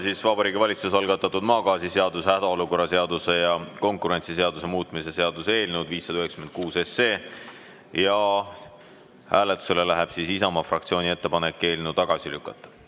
Vabariigi Valitsuse algatatud maagaasiseaduse, hädaolukorra seaduse ja konkurentsiseaduse muutmise seaduse eelnõu 596, ja hääletusele läheb Isamaa fraktsiooni ettepanek eelnõu tagasi lükata.